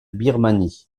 birmanie